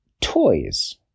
toys